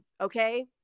okay